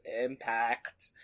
impact